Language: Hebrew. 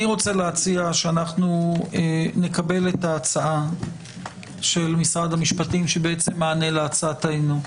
אני רוצה להציע שאנחנו נקבל את ההצעה של משרד המשפטים שנענה להצעתנו.